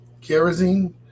Kerosene